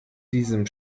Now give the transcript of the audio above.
diesem